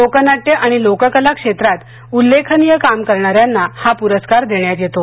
लोकनाट्य आणि लोककला क्षेत्रात उल्लेखनीय काम करणाऱ्यांना हा पुरस्कार दिला देण्यात येतो